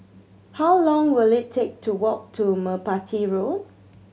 how long will it take to walk to Merpati Road